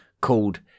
called